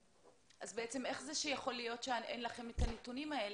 אז בעצם איך יכול להיות שאין לכם את הנתונים האלה?